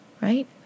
right